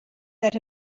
that